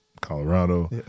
Colorado